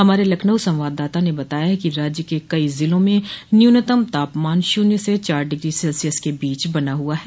हमारे लखनऊ संवाददाता ने बताया है कि राज्य के कई ज़िलों में न्यूनतम तापमान शून्य से चार डिग्री सेल्सियस के बीच बना हुआ है